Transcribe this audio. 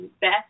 best